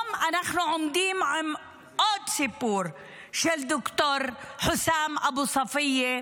היום אנחנו עומדים עם עוד סיפור של ד"ר חוסאם אבו ספיה,